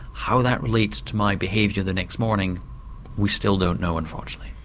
how that relates to my behaviour the next morning we still don't know unfortunately.